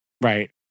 Right